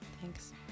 Thanks